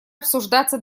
обсуждаться